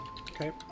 Okay